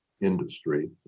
industry